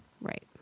Right